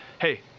hey